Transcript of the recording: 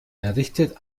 errichtet